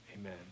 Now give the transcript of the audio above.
Amen